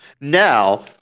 Now